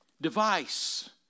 device